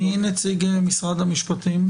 מי נציג משרד המשפטים,